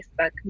Facebook